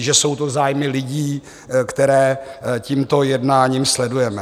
Že jsou to zájmy lidí, které tímto jednáním sledujeme.